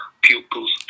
pupils